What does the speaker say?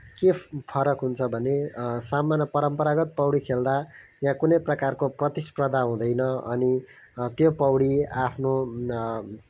के फरक हुन्छ भने सामान्य परम्परागत पौडी खेल्दा यहाँ कुनै प्रकारको प्रतिस्पर्धा हुँदैन अनि त्यो पौडी आफ्नो